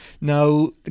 Now